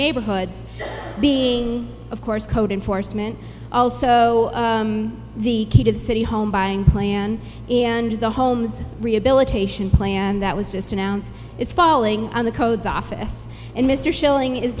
neighborhoods being of course code enforcement also the key to the city home buying plan and the homes rehabilitation plan that was just announced is falling on the codes office and mr schilling is